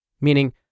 meaning